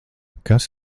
kas